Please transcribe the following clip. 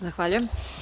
Zahvaljujem.